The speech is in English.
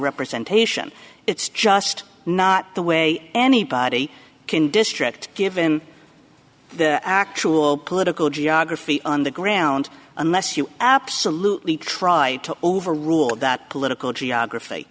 representation it's just not the way anybody can district given the actual political geography on the ground unless you absolutely try to overrule that political geography